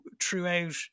throughout